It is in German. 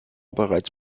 bereits